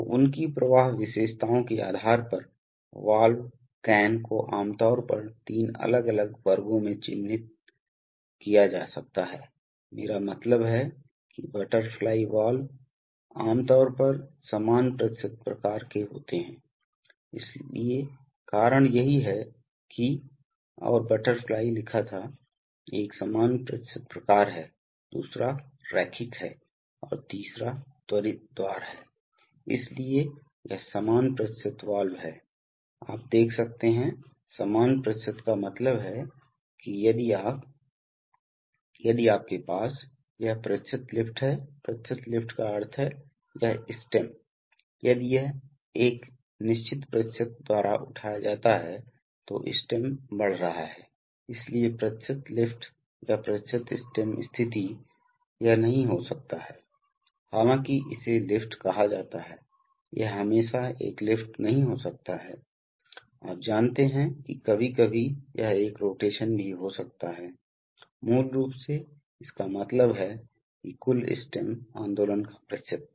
तो उनकी प्रवाह विशेषताओं के आधार पर वाल्व कैन को आमतौर पर तीन अलग अलग वर्गों में चित्रित किया जा सकता है मेरा मतलब है कि बटरफ्लाई वाल्व आमतौर पर समान प्रतिशत प्रकार के होते हैं इसलिए कारण यही है कि और बटरफ्लाई लिखा था एक समान प्रतिशत प्रकार है दूसरा रैखिक है और तीसरा त्वरित द्वार है इसलिए यह समान प्रतिशत वाल्व है आप देख सकते हैं समान प्रतिशत का मतलब है कि यदि आप यदि आपके पास यह प्रतिशत लिफ्ट है प्रतिशत लिफ्ट का अर्थ है यह स्टेम यदि यह एक निश्चित प्रतिशत द्वारा उठाया जाता है तो स्टेम बढ़ रहा है इसलिए प्रतिशत लिफ्ट या प्रतिशत स्टेम स्थिति यह नहीं हो सकता है हालांकि इसे लिफ्ट कहा जाता है यह हमेशा एक लिफ्ट नहीं हो सकता है आप जानते हैं कि कभी कभी यह एक रोटेशन भी हो सकता है मूल रूप से इसका मतलब है कि कुल स्टेम आंदोलन का प्रतिशत